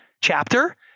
chapter